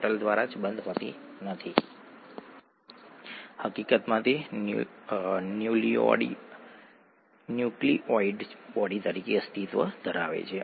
એવું બને છે કે એડીપી અને એટીપી ન્યુક્લિઓટાઇડ્સ છે